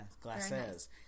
glasses